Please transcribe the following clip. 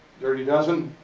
dirty dozen.